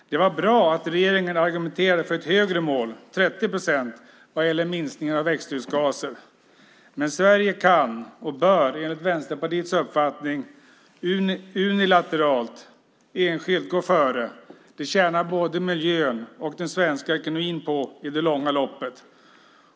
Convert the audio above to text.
Det var bra att regeringen argumenterade för ett högre mål, 30 procent, vad gäller minskningen av växthusgaser. Men Sverige kan och bör enligt Vänsterpartiets uppfattning unilateralt, enskilt, gå före. Det tjänar både miljön och den svenska ekonomin på i det långa loppet.